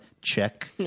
Check